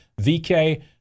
VK